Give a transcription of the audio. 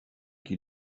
qui